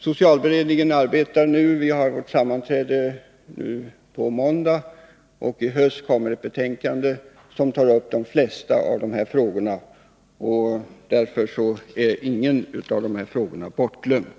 Socialberedningen arbetar — vi har sammanträde nu på måndag, och i höst kommer ett betänkande där vi tar upp de flesta av dessa frågor. Därför är ingen av de här frågorna bortglömd.